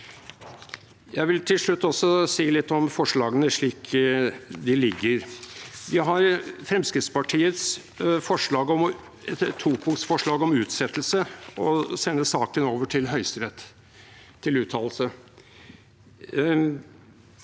Jeg vil til slutt også si litt om forslagene slik de foreligger. Vi har Fremskrittspartiets topunkts forslag om å utsette saken og sende den over til Høyesterett for utta